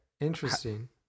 Interesting